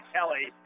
Kelly